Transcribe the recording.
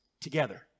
together